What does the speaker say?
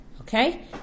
Okay